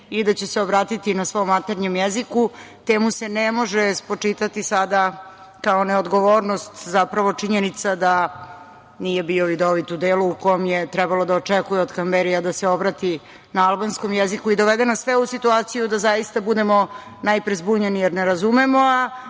i da će se obratiti na svom maternjem jeziku, te mu se ne može spočitati sada kao neodgovornost zapravo činjenica da nije bio vidovit u delu u kom je mogao da očekuje od Kamberija da se obrati na albanskom jeziku i dovede nas sve u situaciju da zaista budemo najpre zbunjeni jer ne razumemo,